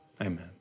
amen